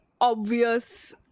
obvious